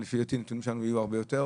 ולפי דעתי הנתונים שלנו יהיו הרבה יותר